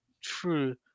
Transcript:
True